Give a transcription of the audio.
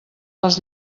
les